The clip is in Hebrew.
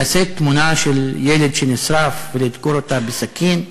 לשאת תמונה של ילד שנשרף ולדקור אותה בסכין?